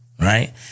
right